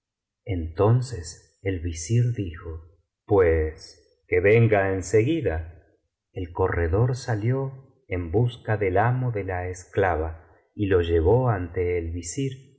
entonces el visir dijo pues que venga en seguida el corredor salió en busca del amo de la esclava y lo llevó ante el visir